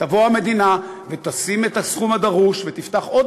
תבוא המדינה ותשים את הסכום הדרוש ותפתח עוד